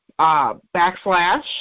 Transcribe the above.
backslash